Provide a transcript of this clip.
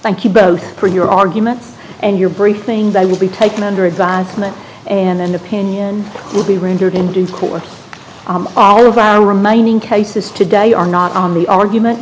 thank you both for your arguments and your brief thing that will be taken under advisement and opinion will be rendered in due course all of our remaining cases today are not on the argument